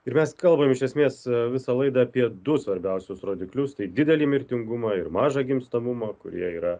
ir mes kalbam iš esmės visą laidą apie du svarbiausius rodiklius tai didelį mirtingumą ir mažą gimstamumą kurie yra